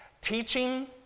teaching